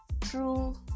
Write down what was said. true